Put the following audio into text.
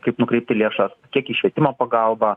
kaip nukreipti lėšas kiek į švietimo pagalbą